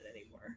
anymore